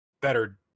better